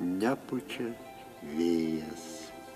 nepučia vėjas